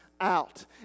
out